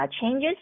changes